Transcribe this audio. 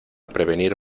prevenir